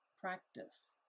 practice